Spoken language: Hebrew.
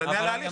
תענה על ההליך.